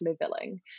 leveling